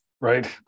Right